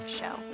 show